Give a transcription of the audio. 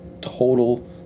total